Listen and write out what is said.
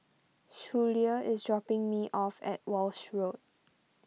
Schuyler is dropping me off at Walshe Road